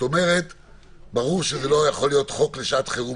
ברור שזה לא יכול להיות חוק לשעת חירום